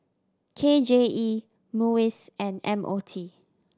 K J E MUIS and M O T